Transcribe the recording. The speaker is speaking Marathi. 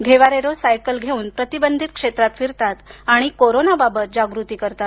घेवारे रोज सायकल घेऊन प्रतिबंधित क्षेत्रात फिरतात आणि कोरोना बाबत जागृती करत आहेत